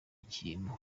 ikintu